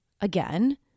again